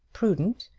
prudent,